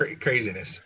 craziness